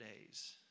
days